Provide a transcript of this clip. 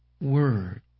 word